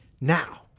Now